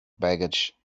baggage